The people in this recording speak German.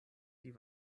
die